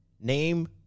Name